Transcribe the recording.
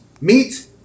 Meet